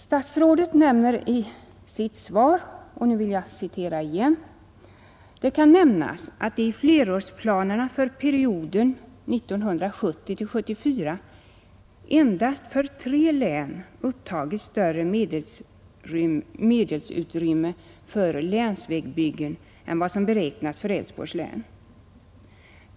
Statsrådet nämner i sitt svar — och nu vill jag citera igen: ”Det kan nämnas att det i flerårsplanerna för perioden 1970—1974 endast för tre län upptagits större medelsutrymme för länsvägbyggen än vad som beräknas för Älvsborgs län.